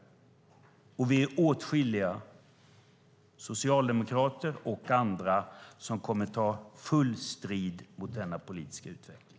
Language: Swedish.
Vi är åtskilliga, socialdemokrater och andra, som kommer att ta full strid mot denna politiska utveckling.